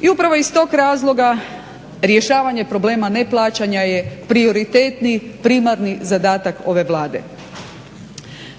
I upravo iz tog razloga rješavanje problema neplaćanja je prioritetni, primarni zadatak ove Vlade.